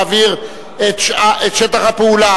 להעביר את שטח הפעולה,